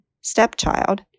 stepchild